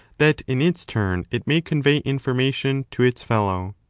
that in its turn it may convey information to its fellow.